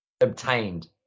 obtained